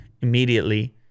immediately